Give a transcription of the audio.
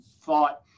thought